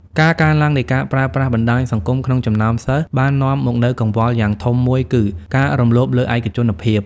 ការកើនឡើងនៃការប្រើប្រាស់បណ្តាញសង្គមក្នុងចំណោមសិស្សបាននាំមកនូវកង្វល់យ៉ាងធំមួយគឺ ការរំលោភលើឯកជនភាព។